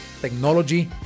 technology